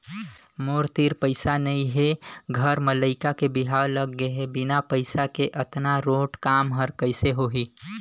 मोर तीर पइसा नइ हे घर म लइका के बिहाव लग गे हे बिना पइसा के अतना रोंट काम हर कइसे होही